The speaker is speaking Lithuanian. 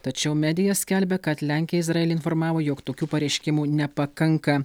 tačiau media skelbia kad lenkija izraelį informavo jog tokių pareiškimų nepakanka